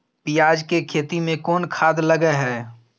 पियाज के खेती में कोन खाद लगे हैं?